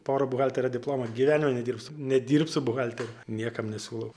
porą buhalterio diplomų gyvenime nedirbsiu nedirbsiu buhalteriu niekam nesiūlau